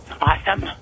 Awesome